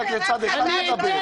למה מירב חג'אג' לא יכולה לדבר?